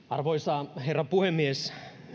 arvoisa herra puhemies